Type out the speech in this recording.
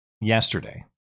yesterday